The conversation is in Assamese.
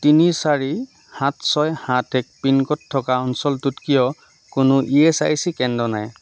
তিনি চাৰি সাত ছয় সাত এক পিনক'ড থকা অঞ্চলটোত কিয় কোনো ই এছ আই চি কেন্দ্র নাই